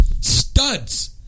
studs